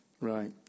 Right